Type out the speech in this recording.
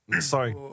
Sorry